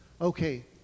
okay